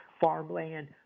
farmland